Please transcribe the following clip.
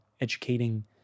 educating